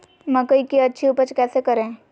मकई की अच्छी उपज कैसे करे?